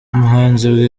umuhanzi